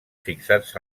fixats